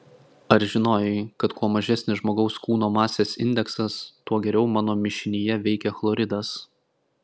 ar žinojai kad kuo mažesnis žmogaus kūno masės indeksas tuo geriau mano mišinyje veikia chloridas